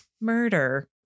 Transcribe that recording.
murder